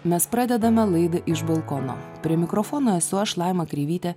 mes pradedame laidą iš balkono prie mikrofono esu aš laima kreivytė